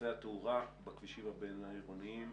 גופי התאורה בכבישים הבין-עירוניים.